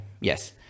Yes